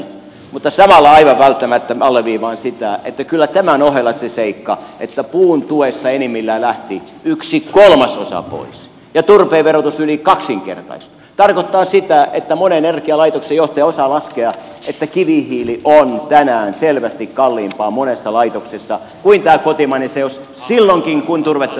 mutta samalla aivan välttämättä alleviivaan sitä että kyllä tämän ohella se seikka että puun tuesta enimmillään lähti yksi kolmasosa pois ja turpeen verotus yli kaksinkertaistui tarkoittaa sitä että monen energialaitoksen johtaja osaa laskea että kivihiili on tänään selvästi kalliimpaa monessa laitoksessa kuin tämä kotimainen seos silloinkin kun turvetta saisi